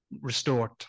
restored